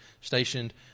stationed